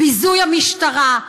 ביזוי המשטרה.